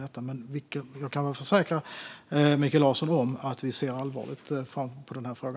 Men jag kan försäkra Mikael Larsson om att vi ser allvarligt på denna fråga.